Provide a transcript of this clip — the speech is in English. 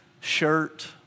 shirt